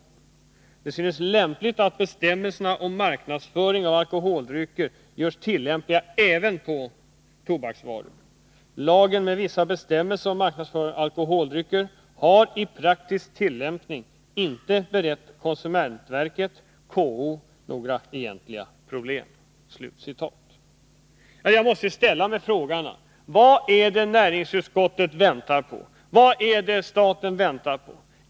Det synes lämpligt att bestämmelserna om marknadsföring av alkoholdrycker görs tillämpliga även på tobaksvaror. Lagen med vissa bestämmelser om marknadsföring av alkoholdrycker har i praktisk tillämpning inte berett konsumentverket/KO några egentliga problem.” Jag måste ställa mig frågan: Vad är det som näringsutskottet väntar på? Vad är det som staten väntar på?